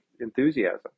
enthusiasm